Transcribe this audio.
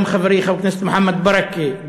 גם חברי חבר הכנסת מוחמד ברכה,